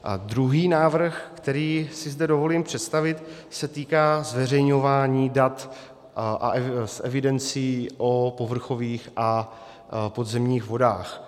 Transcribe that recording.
A druhý návrh, který si zde dovolím představit, se týká zveřejňování dat z evidencí o povrchových a podzemních vodách.